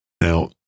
Now